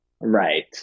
Right